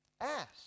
ask